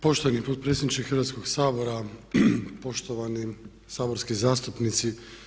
Poštovani potpredsjedniče Hrvatskog sabora, poštovani saborski zastupnici.